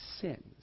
sins